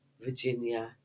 Virginia